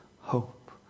hope